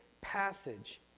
passage